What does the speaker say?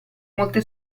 molte